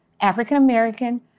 African-American